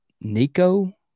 Nico